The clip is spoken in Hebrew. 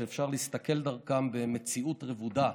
שאפשר להסתכל דרכם במציאות רבודה,